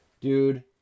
dude